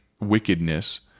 wickedness